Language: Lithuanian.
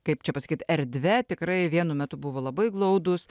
kaip čia pasakyt erdve tikrai vienu metu buvo labai glaudūs